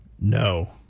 No